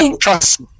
trust